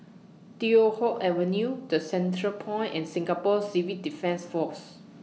Teow Hock Avenue The Centrepoint and Singapore Civil Defence Force